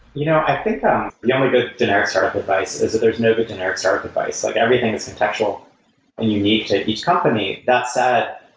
you know i think, ah the good generic startup advice is that there's no good generic startup advice. like everything is contextual and you need to each company, that's that,